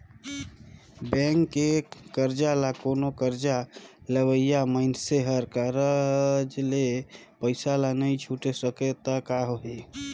bank के करजा ल कोनो करजा लेहइया मइनसे हर करज ले पइसा ल नइ छुटे सकें त का होही